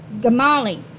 Gamali